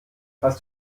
hast